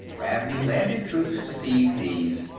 ravney landed troops to seize these,